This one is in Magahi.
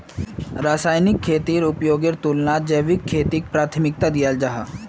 रासायनिक खेतीर उपयोगेर तुलनात जैविक खेतीक प्राथमिकता दियाल जाहा